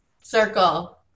circle